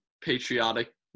patriotic